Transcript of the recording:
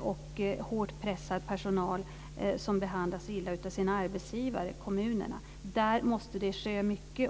och hårt pressad personal som behandlas illa av sina arbetsgivare kommunerna. Där måste det ske mycket.